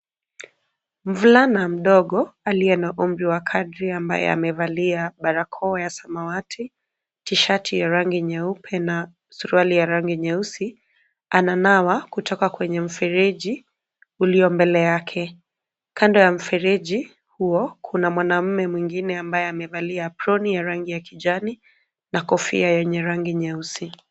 Mvulana mdogo aliye na umri wa kadri, ambaye amevalia barakoa ya samawati, tishati ya rangi nyeupe na suruali ya rangi nyeusi, ananawa kutoka kwenye mfereji ulio mbele yake. Kando ya mfereji huo kuna mwanaume mwingine aliyevalia aproni ya rangi ya kijani na kofia yenye rangi nyeusi.